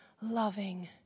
loving